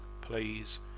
please